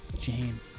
Jane